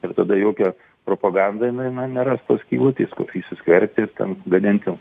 ir tada jokia propaganda jinai na neras tos skylutės kur įsiskverbti ir ten gadinti